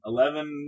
Eleven